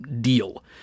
deal